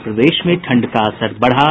और प्रदेश में ठंड का असर बढ़ा